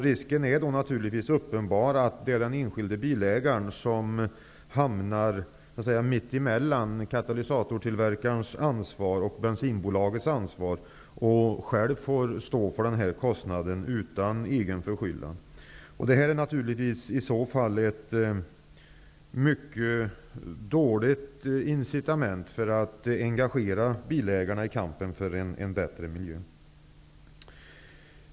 Risken är då naturligtvis uppenbar att det är den enskilda bilägaren som hamnar mitt emellan katalysatortillverkarens ansvar och bensinbolagets ansvar och själv, utan egen förskyllan, får stå för denna kostnad. Detta är i så fall ett mycket dåligt incitament för att engagera bilägarna i kampen för en bättre miljö.